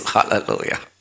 Hallelujah